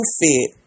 fit